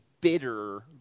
bitter